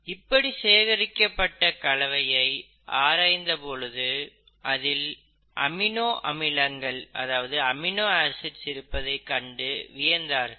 இப்படி சேகரிக்கப்பட்ட கலவையை ஆராய்ந்த பொழுது அதில் அமினோ ஆசிட் இருப்பதை கண்டு வியந்தார்கள்